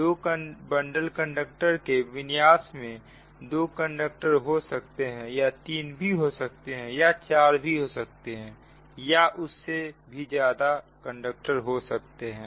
2 bundle conductor के विन्यास में दो कंडक्टर हो सकते हैं या तीन भी हो सकते हैं या चार भी हो सकते हैं या उससे भी ज्यादा कंडक्टर हो सकते हैं